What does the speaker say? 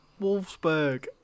Wolfsburg